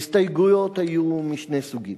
ההסתייגויות היו משני סוגים,